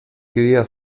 cría